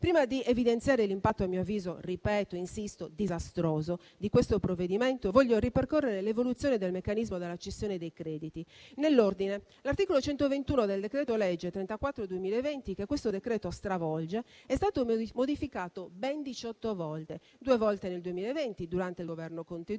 Prima di evidenziare l'impatto, a mio avviso, ripeto e insisto, disastroso di questo provvedimento, voglio ripercorrere l'evoluzione del meccanismo della cessione dei crediti. Nell'ordine, l'articolo 121 del decreto-legge n. 34, del 2020, che questo provvedimento stravolge, è stato modificato ben diciotto volte; due volte nel 2020, durante il Governo Conte II,